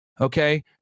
okay